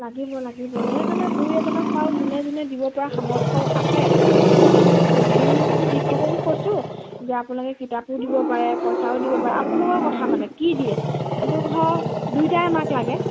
লাগিব লাগিব সেইকাৰণে দুই এজনক পাৰো যোনে যোনে দিব পৰা সামৰ্থ আছে মই কৈছোঁ দুই এজন শিক্ষককো কৈছোঁ যে আপোনালোকে কিতাপো দিব পাৰে পইচাও দিব পাৰে আপোনালোকৰ কথা মানে কি দিয়ে কিন্তু ধৰক দুইটাই আমাক লাগে